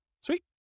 Sweet